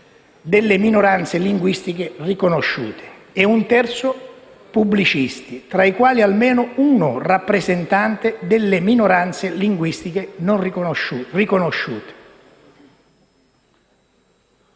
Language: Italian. delle minoranze linguistiche riconosciute, e un terzo pubblicisti, tra i quali almeno un rappresentante delle minoranze linguistiche riconosciute.